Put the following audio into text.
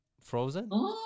Frozen